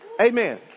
Amen